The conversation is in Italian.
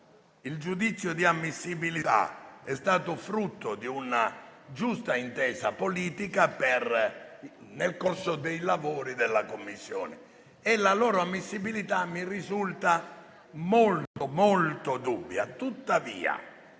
il giudizio di ammissibilità è stato frutto di una giusta intesa politica nel corso dei lavori della Commissione, ma la loro ammissibilità mi risulta molto dubbia.